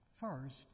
First